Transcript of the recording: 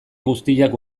guztiak